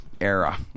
era